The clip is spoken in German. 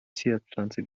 zierpflanze